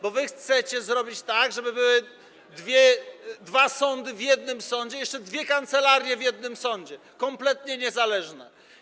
bo wy chcecie zrobić tak, żeby były dwa sądy w jednym sądzie i jeszcze dwie kancelarie w jednym sądzie, kompletnie niezależne.